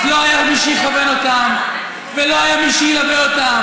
אז לא היה מי שיכוון אותם ולא היה מי שילווה אותם.